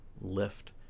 lift